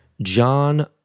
John